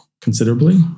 considerably